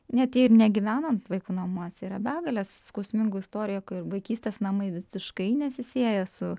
net jei ir negyvenant vaikų namuose yra begalės skausmingų istorijų kur vaikystės namai visiškai nesisieja su